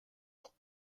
leur